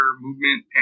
movement